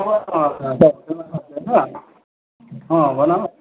अँ भन